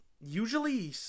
usually